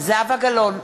זהבה גלאון,